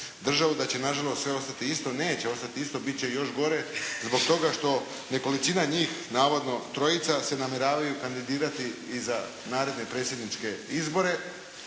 državu da će nažalost sve ostati isto. Neće ostati isto, bit će još gore zbog toga što nekolicina njih navodno trojica se namjeravaju kandidirati i za naredne predsjedničke izbore.